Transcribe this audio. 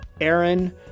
Aaron